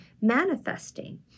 manifesting